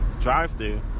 drive-thru